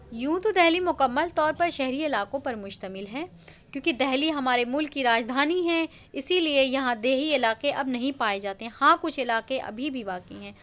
یوں تو دہلی مکمل طور پر شہری علاقوں پر مشتمل ہے کیوں کہ دہلی ہمارے مُلک کی راجدھانی ہے اِسی لیے یہاں دیہی علاقے اب نہیں پائے جاتے ہاں کچھ علاقے ابھی بھی باقی ہیں